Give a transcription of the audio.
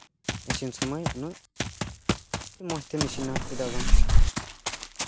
ᱤᱥᱤᱱ ᱥᱚᱢᱚᱭ ᱩᱱᱟᱹᱜ ᱟᱹᱰᱤ ᱢᱚᱸᱡ ᱛᱮᱢ ᱤᱥᱤᱱᱟ ᱪᱮᱫᱟᱜ ᱵᱟᱝ